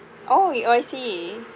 oh it I see